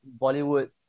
Bollywood